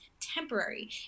temporary